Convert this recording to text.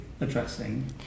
addressing